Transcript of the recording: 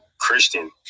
christian